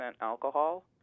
alcohol